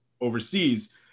overseas